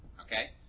Okay